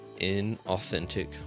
inauthentic